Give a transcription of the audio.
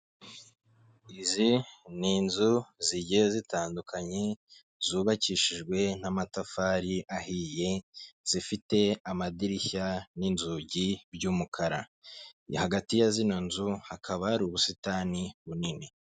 Izi ni inzu zigiye zitandukanye zubakishijwe n'amatafari ahiye zifite amadirishya n'inzugi by'umukara hagati ya zino nzu hakaba hari ubusitani bunini.